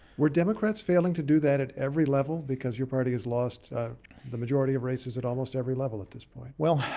were democrats failing to do that at every level because your party has lost the majority of races at almost every level at this point? well,